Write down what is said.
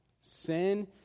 Sin